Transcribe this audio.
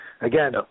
again